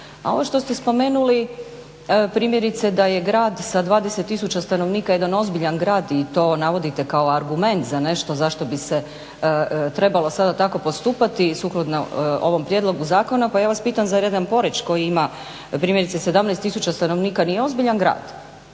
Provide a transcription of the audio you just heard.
A ovo što ste spomenuli primjerice da je grad sa 20 tisuća stanovnika jedan ozbiljan grad i to navodite kao argument za nešto zašto bi se trebalo sada tako postupati sukladno ovom prijedlogu zakona, pa ja vas pitam za jedan Poreč koji ima primjerice 17 tisuća stanovnika nije ozbiljan grad?